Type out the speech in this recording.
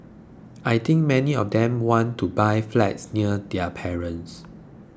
I think many of them want to buy flats near their parents